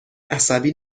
عصبی